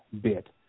bit